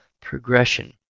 progression